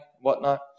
whatnot